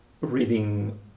reading